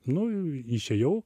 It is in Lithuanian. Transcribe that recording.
nu išėjau